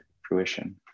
fruition